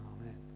Amen